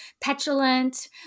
petulant